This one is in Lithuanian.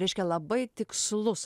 reiškia labai tikslus